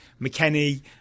McKenny